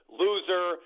loser